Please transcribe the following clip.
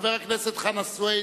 חבר הכנסת חנא סוייד,